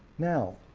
now,